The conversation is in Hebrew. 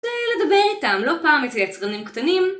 לדבר איתם לא פעם אצל יצרנים קטנים